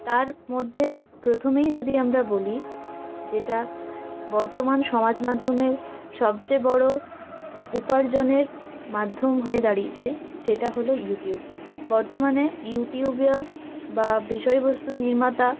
তার মধ্যে প্রথমেই যদি আমরা বলি যেটা বর্তমান সমাজ মাধ্যমের সবচেয়ে বড় উপার্জনের মাধ্যম হয়ে দাঁড়িয়েছে সেটা হলো ইউটিউব বর্তমানে ইউটিউবার বা বিষয়বস্তু নির্মাতা